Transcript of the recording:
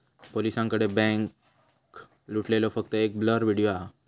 पोलिसांकडे बॅन्क लुटलेलो फक्त एक ब्लर व्हिडिओ हा